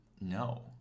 No